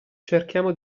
cerchiamo